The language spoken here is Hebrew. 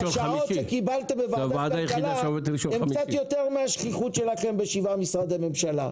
השעות שקיבלתם בוועדת כלכלה הם יותר מהשכיחות שלכם ב-7 משרדי ממשלה.